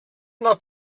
not